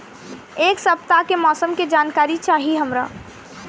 एक सपताह के मौसम के जनाकरी चाही हमरा